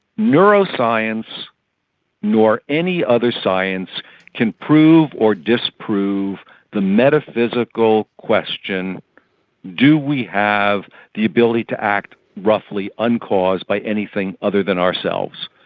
neuroscience nor any other science can prove or disprove the metaphysical question do we have the ability to act roughly uncaused by anything other than ourselves?